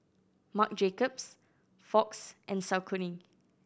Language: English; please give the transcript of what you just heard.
Marc Jacobs Fox and Saucony